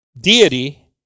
deity